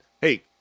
hey